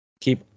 keep